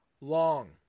long